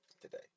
today